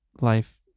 life